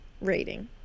rating